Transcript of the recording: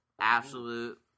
absolute